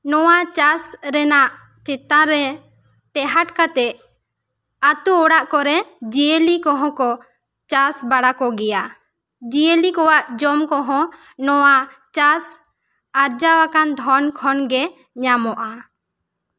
ᱱᱚᱣᱟ ᱪᱟᱥ ᱨᱮᱱᱟᱜ ᱪᱮᱛᱟᱱ ᱨᱮ ᱴᱮᱦᱟᱴ ᱠᱟᱛᱮ ᱟᱛᱳ ᱚᱲᱟᱜ ᱠᱚᱨᱮ ᱡᱤᱭᱟᱹᱞᱤ ᱠᱚᱦᱚᱸ ᱪᱟᱥ ᱵᱟᱲᱟ ᱠᱚ ᱜᱮᱭᱟ ᱡᱤᱭᱟᱹᱞᱤ ᱠᱚᱣᱟᱜ ᱡᱚᱢ ᱠᱚᱦᱚᱸ ᱱᱚᱣᱟ ᱪᱟᱥ ᱟᱨᱡᱟᱣ ᱟᱠᱟᱱ ᱫᱷᱚᱱ ᱠᱷᱚᱱ ᱜᱮ ᱧᱟᱢᱚᱜᱼᱟ